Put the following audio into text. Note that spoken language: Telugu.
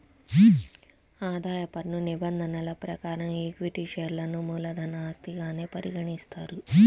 ఆదాయ పన్ను నిబంధనల ప్రకారం ఈక్విటీ షేర్లను మూలధన ఆస్తిగానే పరిగణిస్తారు